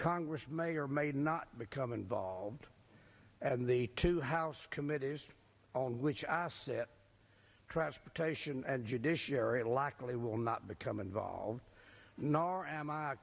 congress may or may not become involved and the two house committees on which i sit transportation and judiciary likely will not become involved nor am i